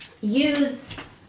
use